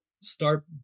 start